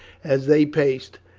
as they paced,